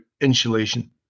insulation